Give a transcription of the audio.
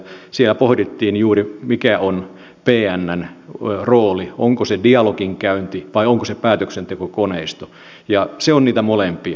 siellä pohdittiin juuri mikä on pnn rooli onko se dialogin käynti vai onko se päätöksentekokoneisto ja se on niitä molempia